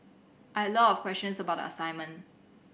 I had a lot of questions about assignment